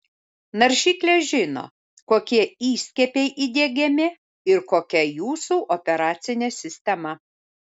naršyklė žino kokie įskiepiai įdiegiami ir kokia jūsų operacinė sistema